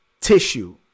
tissue